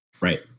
right